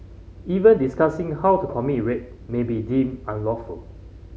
even discussing how to commit rape may be deemed unlawful